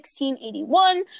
1681